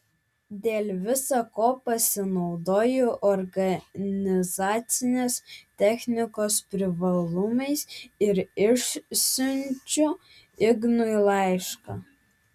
dėl visa ko pasinaudoju organizacinės technikos privalumais ir išsiunčiu ignui laišką